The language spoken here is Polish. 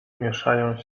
mieszają